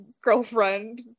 girlfriend